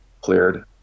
cleared